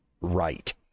right